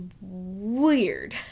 weird